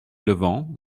levant